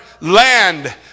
land